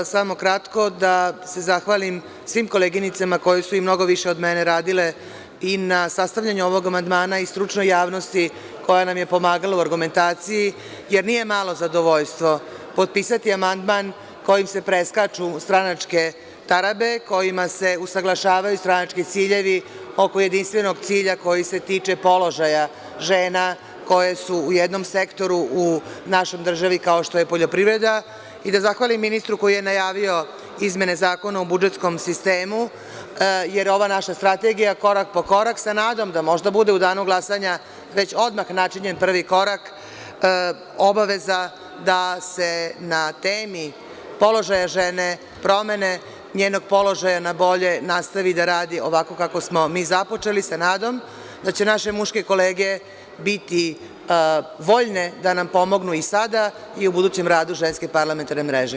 Samo kratko da se zahvalim svim koleginicama koje su mnogo više od mene radile i na sastavljanju ovog amandmana i stručnoj javnosti koja nam je pomagala u argumentaciji, jer nije malo zadovoljstvo potpisati amandman kojim se preskaču stranačke tarabe kojima se usaglašavaju stranački ciljevi oko jedinstvenog cilja koji se tiče položaja žena koje su u jednom sektoru u našoj državi kao što je poljoprivreda i da zahvalim ministru koji je najavio izmene Zakona o budžetskom sistemu, jer je ova naša strategija korak po korak, sa nadom da možda bude u danu glasanja već odmah načinjen prvi korak obaveza da se na temi položaja žene, promene njenog položaja na bolje, nastavi da radi ovako kako smo mi započeli, sa nadom da će naše muške kolege biti voljne da nam pomognu i sada i u budućem radu Ženske parlamentarne mreže.